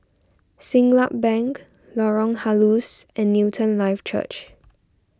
Siglap Bank Lorong Halus and Newton Life Church